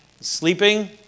sleeping